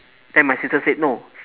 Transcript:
then my sister said no